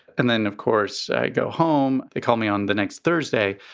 and then, of course, i go home. they call me on the next thursday.